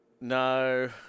No